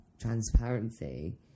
transparency